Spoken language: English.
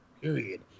period